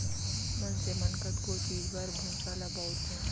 मनसे मन कतको चीज बर भूसा ल बउरथे